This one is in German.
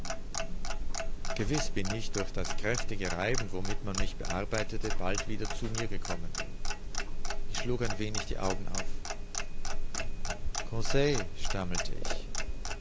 gewiß bin ich durch das kräftige reiben womit man mich bearbeitete bald wieder zu mir gekommen ich schlug ein wenig die augen auf conseil stammelte ich